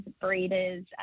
breeders